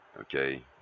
okay